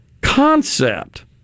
concept